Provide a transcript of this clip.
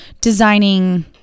designing